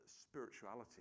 spirituality